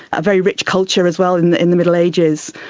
a very rich culture as well in the in the middle ages.